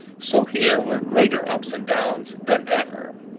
so, here were greater ups and downs than ever.